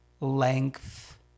length